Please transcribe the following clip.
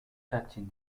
protecting